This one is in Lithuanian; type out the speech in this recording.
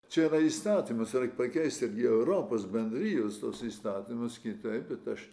čia yra įstatymas ir reik pakeist irgi europos bendrijos tuos įstatymus kitaip bet aš